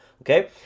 okay